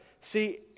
See